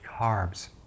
carbs